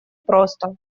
просто